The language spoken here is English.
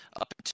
up